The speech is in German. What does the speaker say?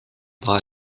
war